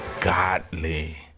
godly